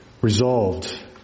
Resolved